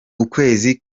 ukwezi